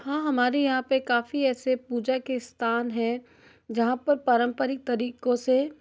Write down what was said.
हाँ हमारे यहाँ पर काफ़ी ऐसे पूजा के स्थान हैं जहाँ पर पारंपरिक तरीक़ों से